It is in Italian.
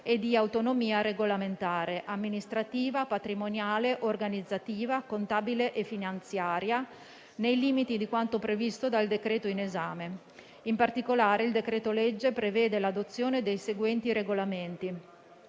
e di autonomia regolamentare, amministrativa, patrimoniale, organizzativa, contabile e finanziaria, nei limiti di quanto previsto dal decreto in esame. In particolare, il decreto-legge prevede l'adozione dei seguenti regolamenti: